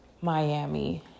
Miami